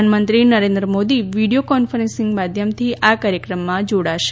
પ્રધાનમંત્રી Narendra Modi video conferencing માધ્યમથી આ કાર્યક્રમમાં જોડાશે